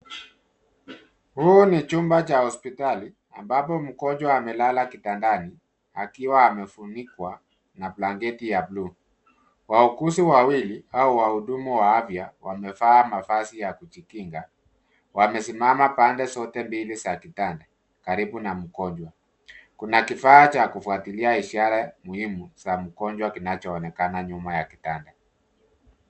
Huu ni chumba cha hospitali, ambapo mgonjwa amelala kitandani akiwa amefunikwa na blanketi ya buluu. Wauguzi wawili au wahudumu wa afya wamevaa mavazi ya kujikinga. Wamesimama pande zote mbili za kitanda karibu na mgonjwa. Kuna kifaa cha kufuatilia ishara muhimu za mgonjwa kinachoonekana nyuma ya kitanda.